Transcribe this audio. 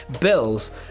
bills